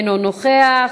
אינו נוכח,